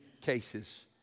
cases